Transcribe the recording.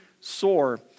sore